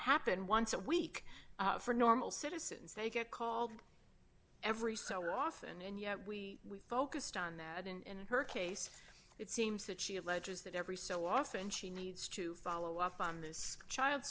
happen once a week for normal citizens they get called every so often and yet we focused on that in her case it seems that she alleges that every so often she needs to follow up on this child